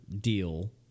deal